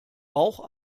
bauch